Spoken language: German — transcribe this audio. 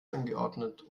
angeordnet